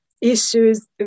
issues